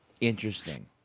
interesting